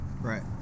right